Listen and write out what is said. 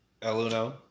Eluno